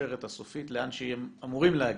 בשרשרת הסופית לאן שהם אמורים להגיע,